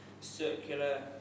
circular